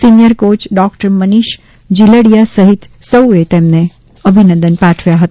senior coach doctor Manish Jiladiya સહિત સૌએ તેમને અભિનંદન પાઠવ્યા હતા